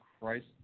Christ